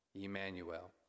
Emmanuel